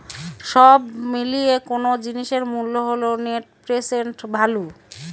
সব মিলিয়ে কোনো জিনিসের মূল্য হল নেট প্রেসেন্ট ভ্যালু